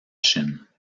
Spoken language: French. chine